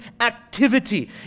activity